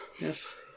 yes